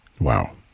Wow